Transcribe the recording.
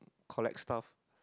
collect stuff